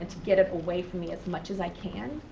and to get it away from me as much as i can.